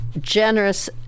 generous